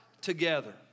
together